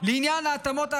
לעניין התאמות אקדמיות,